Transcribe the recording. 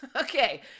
Okay